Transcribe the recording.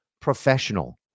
professional